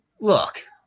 look